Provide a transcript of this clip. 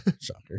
shocker